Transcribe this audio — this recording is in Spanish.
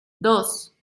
dos